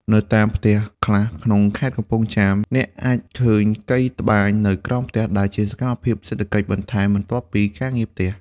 នៅតាមផ្ទះខ្លះក្នុងខេត្តកំពង់ចាម អ្នកអាចឃើញកីត្បាញនៅក្រោមផ្ទះ ដែលជាសកម្មភាពសេដ្ឋកិច្ចបន្ថែមបន្ទាប់ពីការងារផ្ទះ។